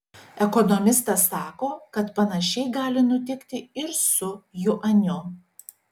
ekonomistas sako kad panašiai gali nutikti ir su juaniu